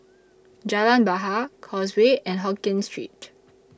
Jalan Bahar Causeway and Hokien Street